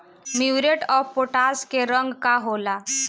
Muriate of potash के रंग का होला?